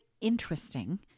interesting